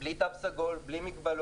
בלי "תו סגול", בלי מגבלות.